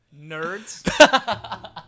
Nerds